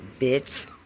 bitch